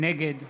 נגד